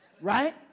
Right